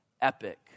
epic